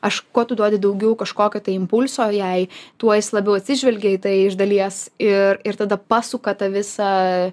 aš kuo tu duodi daugiau kažkokio tai impulso jai tuo jis labiau atsižvelgia į tai iš dalies ir ir tada pasuka tą visą